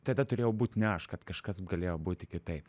tada turėjau būt ne aš kad kažkas galėjo būti kitaip